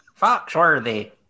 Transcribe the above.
Foxworthy